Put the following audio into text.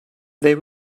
they